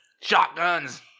Shotguns